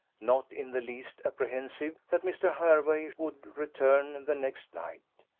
not in the least apprehensive that mr. hervey would return the next night.